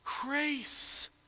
Grace